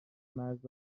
مرز